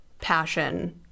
passion